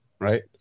right